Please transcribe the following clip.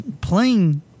playing